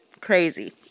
Crazy